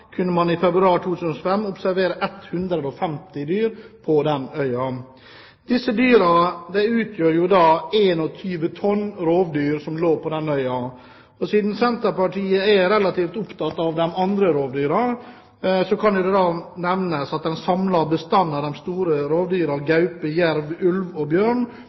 kunne man i februar 2005 observere 150 dyr. De dyrene som lå på den øya, utgjorde ca. 21 tonn med rovdyr. Siden Senterpartiet er relativt opptatt av andre rovdyr, kan det nevnes at den samlede bestanden av de store rovdyrene gaupe, jerv, ulv og bjørn